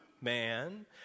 man